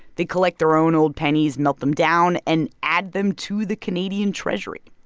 they collect their own old pennies, melt them down and add them to the canadian treasury.